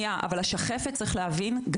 צריך להבין שהשחפת,